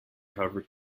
cover